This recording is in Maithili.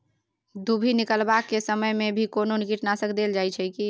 दुभी निकलबाक के समय मे भी कोनो कीटनाशक देल जाय की?